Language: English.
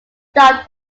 stopped